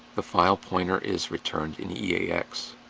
the file pointer is returned in eax.